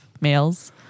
males